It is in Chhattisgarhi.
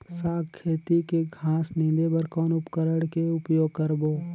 साग खेती के घास निंदे बर कौन उपकरण के उपयोग करबो?